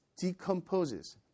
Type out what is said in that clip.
decomposes